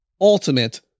ultimate